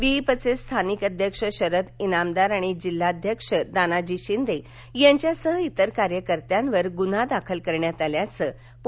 विहिंपचे स्थानिक अध्यक्ष शरद इनामदार आणि जिल्हाध्यक्ष दानाजी शिंदे यांच्यासह इतर कार्यकर्त्यावर गुन्हा दाखल केल्याचं पोलिसांनी सांगितलं